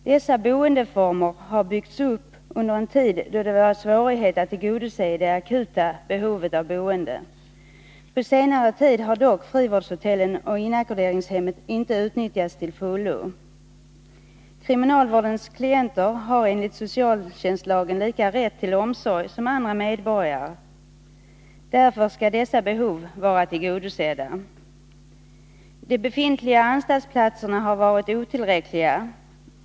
Dessa boendeformer har byggts upp under en tid då det varit svårt att tillgodose det akuta behovet av boende. På senare tid har dock frivårdshotellen och inackorderingshemmet inte utnyttjats till fullo. Kriminalvårdens klienter har enligt socialtjänstlagen samma rätt till omsorg som andra medborgare. Därför skall dessa behov tillgodoses. De befintliga anstaltsplatserna har varit otillräckliga.